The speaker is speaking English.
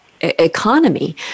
economy